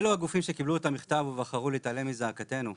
ואלו הגופים שקיבלו את המכתב ובחרו להתעלם מזעקתנו.